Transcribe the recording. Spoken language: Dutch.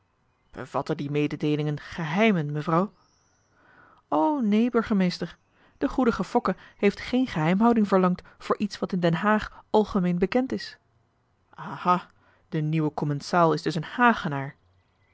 die mededeelingen geheimen mevrouw o neen burgemeester de goedige fokke heeft geen geheimhouding verlangd voor iets wat in den haag algemeen bekend is aha de nieuwe commensaal is dus een hagenaar